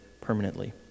permanently